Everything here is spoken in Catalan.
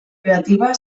creativa